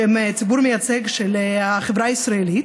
שהם ציבור מייצג של החברה הישראלית,